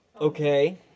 Okay